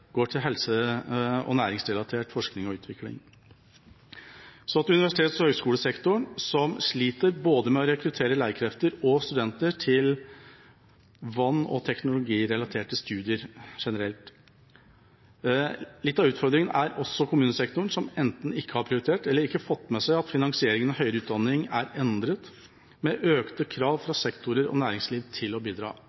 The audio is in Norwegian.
går til helse- og næringsrelatert forskning og utvikling. Så til universitets- og høgskolesektoren, som sliter med å rekruttere både lærekrefter og studenter til vann- og teknologirelaterte studier generelt. Litt av utfordringen er også kommunesektoren, som ikke har prioritert eller ikke har fått med seg at finansieringen av høyere utdanning er endret, med økte krav fra sektorer og næringsliv til å bidra.